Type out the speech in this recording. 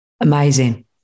Amazing